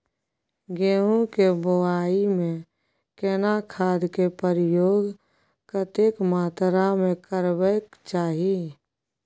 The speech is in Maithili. गेहूं के बुआई में केना खाद के प्रयोग कतेक मात्रा में करबैक चाही?